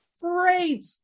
Great